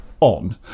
on